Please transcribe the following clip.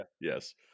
Yes